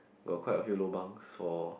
got quite a few lobang for